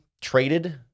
traded